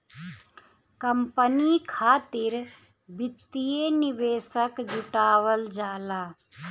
company खातिर वित्तीय निवेशक जुटावल जाला